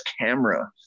camera